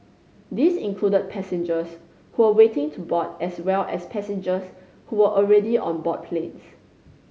these included passengers who were waiting to board as well as passengers who were already on board planes